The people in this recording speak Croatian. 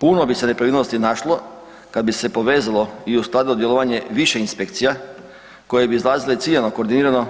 Puno bi se nepravilnosti našlo kad bi se povezalo i uskladilo djelovanje više inspekcija koje bi izlazile ciljano koordinirano